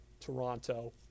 Toronto